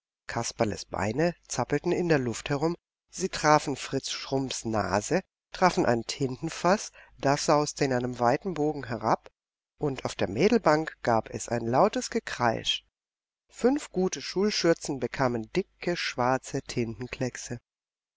kasperles beine zappelten in der luft herum sie trafen fritze schrumps nase trafen ein tintenfaß das sauste in einem weiten bogen herab und auf der mädelbank gab es ein lautes gekreisch fünf gute schulschürzen bekamen dicke schwarze